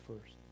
first